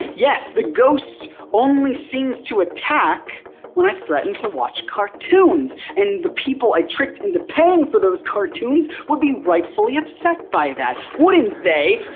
yes, the ghost only seems to attack when i threaten to watch cartoons and the people i tricked into paying for those cartoons would be rightfully upset by that, wouldn't they,